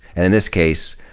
and in this case,